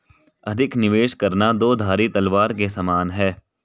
अधिक निवेश करना दो धारी तलवार के समान है